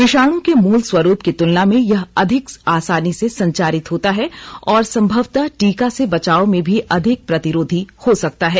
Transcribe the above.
विषाणु के मूल स्वरूप की तुलना में यह अधिक आसानी से संचारित होता है और संभवतः टीका से बचाव में भी अधिक प्रतिरोधी हो सकता है